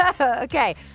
Okay